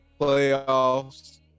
playoffs